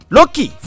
Loki